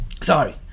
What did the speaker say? Sorry